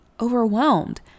overwhelmed